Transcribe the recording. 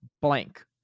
blank